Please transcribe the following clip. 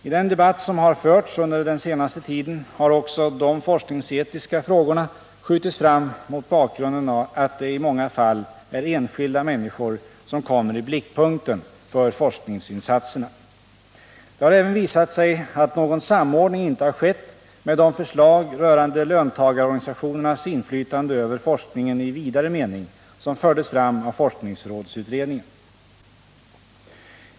I den debatt som har förts under den senaste tiden har också de forskningsetiska frågorna skjutits fram mot bakgrunden att det i många fall är enskilda människor som kommer i blickpunkten för forskningsinsatserna. Det har även visat sig att någon samordning inte har skett med de förslag rörande löntagarorganisationernas inflytande över forskningen i vidare mening som fördes fram av forskningsrådsutredningen.